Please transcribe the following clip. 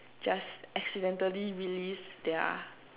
just accidentally release their